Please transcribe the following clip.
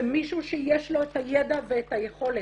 ומישהו שיש לו את הידע ואת היכולת.